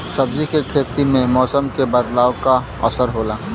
सब्जी के खेती में मौसम के बदलाव क का असर होला?